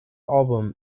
album